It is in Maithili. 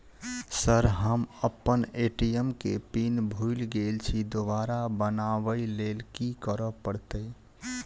सर हम अप्पन ए.टी.एम केँ पिन भूल गेल छी दोबारा बनाबै लेल की करऽ परतै?